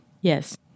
Yes